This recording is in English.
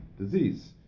disease